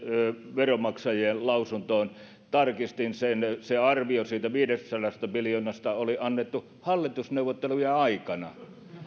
veronmaksajien lausuntoon tarkistin sen se arvio siitä viidestäsadasta miljoonasta oli annettu hallitusneuvottelujen aikana